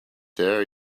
there